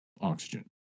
oxygen